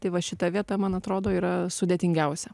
tai va šita vieta man atrodo yra sudėtingiausia